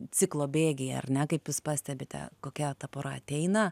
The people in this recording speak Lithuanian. ciklo bėgyje ar ne kaip jūs pastebite kokia ta pora ateina